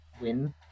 win